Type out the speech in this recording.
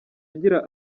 agira